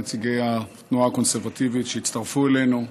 נציגי התנועה הקונסרבטיבית שהצטרפו אלינו.